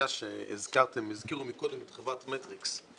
הזכירו קודם את חברת מטריקס,